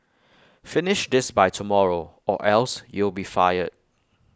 finish this by tomorrow or else you'll be fired